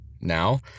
Now